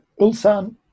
Ulsan